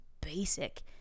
basic